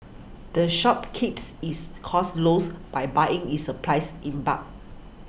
the shop keeps its costs lows by buying its applies in bulk